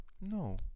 no